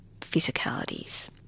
physicalities